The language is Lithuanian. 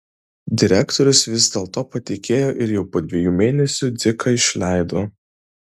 direktorius vis dėl to patikėjo ir jau po dviejų mėnesių dziką išleido